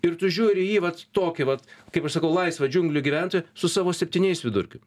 ir tu žiūri į jį vat tokį vat kaip aš sakau laisvą džiunglių gyventoją su savo septyniais vidurkiu